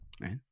right